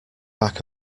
back